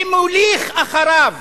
שמוליך אחריו